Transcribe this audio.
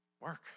Work